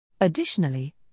Additionally